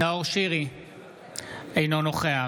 אינו נוכח